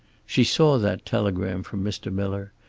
she saw that telegram from mr. miller,